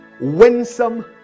winsome